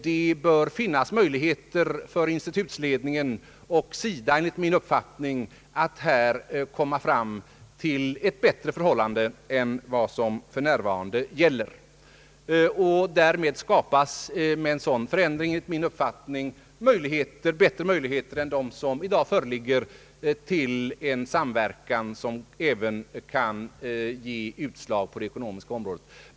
Det bör enligt min uppfattning finnas möjligheter för institutets ledning och SIDA att åstadkomma bättre förhållanden än för närvarande. Därmed borde bättre möjligheter föreligga till en samverkan som även kan ge utslag på det ekonomiska området.